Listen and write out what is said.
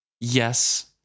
Yes